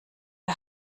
der